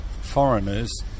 foreigners